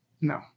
No